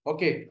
Okay